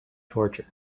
torture